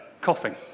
coughing